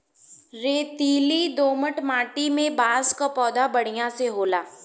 रेतीली दोमट माटी में बांस क पौधा बढ़िया से होला